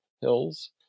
hills